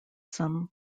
some